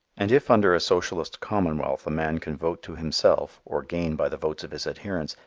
and if under a socialist commonwealth a man can vote to himself or gain by the votes of his adherents,